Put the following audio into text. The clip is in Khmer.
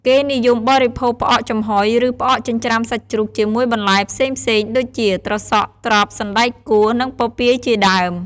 គេនិយមបរិភោគផ្អកចំហុយ ឬ ផ្អកចិញ្ចាំ្រសាច់ជ្រូកជាមួយបន្លែផ្សេងៗដូចជា ត្រសក់ ត្រប់ សណ្តែកកួរ និងពពាយជាដើម។